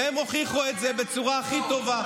והם הוכיחו את זה בצורה הכי טובה,